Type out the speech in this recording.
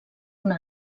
una